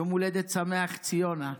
יום הולדת שמח, ציונה.